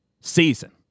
season